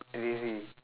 crazy